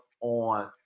on